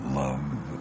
love